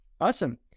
awesome